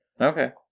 Okay